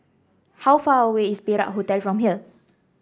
how far away is Perak Hotel from here